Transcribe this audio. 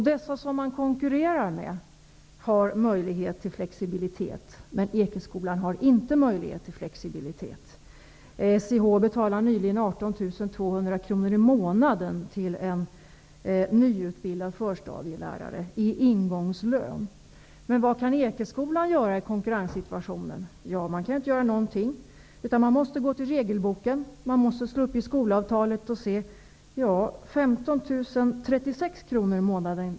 De som man konkurrerar med har möjlighet till flexibilitet, men Ekeskolan har det inte. SIH betalade nyligen 18 200 kronor i månaden till en nyutbildad förstadielärare i ingångslön. Men vad kan de göra på Ekeskolan i den konkurrenssituationen? De kan inte göra någonting. De måste gå till regelboken och slå upp i skolavtalet och se att de kan betala 15 036 kronor i månaden.